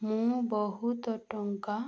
ମୁଁ ବହୁତ ଟଙ୍କା